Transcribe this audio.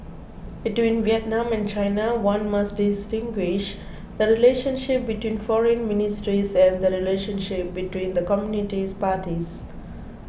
between Vietnam and China one must distinguish the relationship between foreign ministries and the relationship between the communist parties